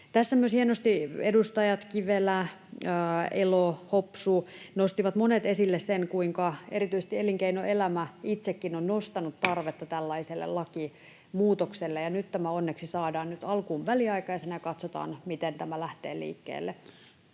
Tässä myös hienosti edustajat Kivelä, Elo, Hopsu, monet, nostivat esille sen, kuinka erityisesti elinkeinoelämä itsekin on nostanut tarvetta tällaiselle lakimuutokselle. Nyt tämä onneksi saadaan, nyt alkuun väliaikaisena, ja katsotaan, miten tämä lähtee liikkeelle.